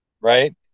right